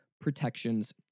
protections